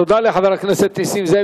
תודה לחבר הכנסת נסים זאב.